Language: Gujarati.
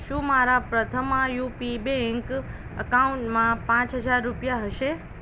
શું મારા પ્રથમા યુપી બેંક એકાઉન્ટમાં પાંચ હજાર રૂપિયા હશે